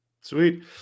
sweet